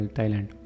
Thailand